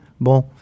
Bon